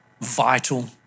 vital